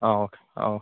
ஆ okay ஆ